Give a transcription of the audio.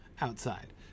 outside